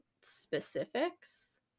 specifics